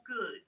good